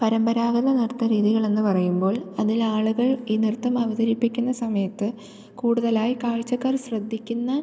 പരമ്പരാഗത നൃത്ത രീതികളെന്ന് പറയുമ്പോൾ അതിൽ ആളുകൾ ഈ നൃത്തം അവതരിപ്പിക്കുന്ന സമയത്ത് കൂടുതലായി കാഴ്ചക്കാർ ശ്രദ്ധിക്കുന്ന